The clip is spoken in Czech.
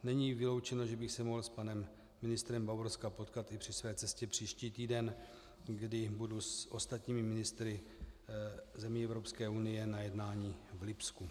Není vyloučeno, že bych se mohl s panem ministrem Bavorska potkat i při své cestě příští týden, kdy budu s ostatními ministry zemí Evropské unie na jednání v Lipsku.